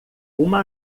uma